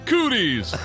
Cooties